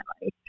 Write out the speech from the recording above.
life